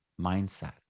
mindset